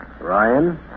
Ryan